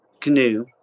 canoe